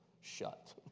shut